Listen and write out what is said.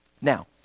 Now